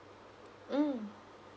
mm